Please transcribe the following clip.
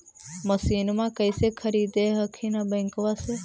मसिनमा कैसे खरीदे हखिन बैंकबा से?